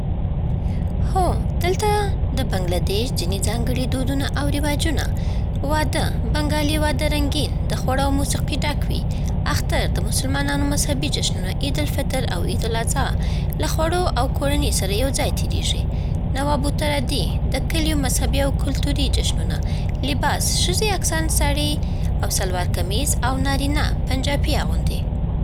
هو، دلته د بنګله‌دېش ځینې ځانګړي دودونه او رواجونه: واده بنګالي واده رنګین، د خوړو او موسیقۍ ډک وي. اختر د مسلمانانو مذهبي جشنونه، عید الفطر او عید الاضحی، له خوړو او کورنۍ سره یو ځای تېرېږي. نوابوطرادي د کلیو مذهبي او کلتوري جشنونه. لباس ښځې اکثره ساري او سالووار کامیز، او نارینه پن‌جابي اغوندي.